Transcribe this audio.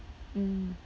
mm